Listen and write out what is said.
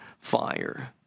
fire